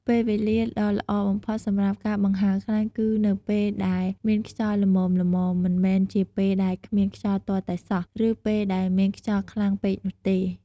ពេលវេលាដ៏ល្អបំផុតសម្រាប់ការបង្ហើរខ្លែង គឺនៅពេលដែលមានខ្យល់ល្មមៗ មិនមែនជាពេលដែលគ្មានខ្យល់ទាល់តែសោះ ឬពេលដែលមានខ្យល់ខ្លាំងពេកនោះទេ។